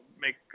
make